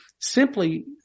simply